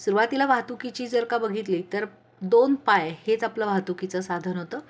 सुरवातीला वाहतुकीची जर का बघितली तर दोन पाय हेच आपलं वाहतुकीचं साधन होतं